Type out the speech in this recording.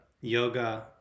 yoga